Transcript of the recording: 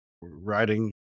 Writing